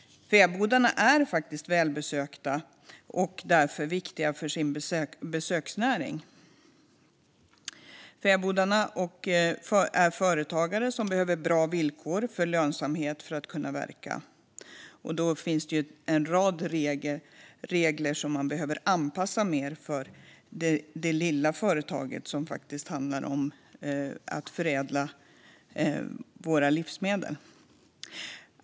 Fäbodarna är välbesökta och därför viktiga för besöksnäringen. Fäbodbrukarna är företagare som behöver bra villkor för lönsamhet för att kunna verka. Då finns det en rad regler som man behöver anpassa mer för små företag som förädlar livsmedel.